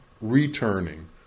returning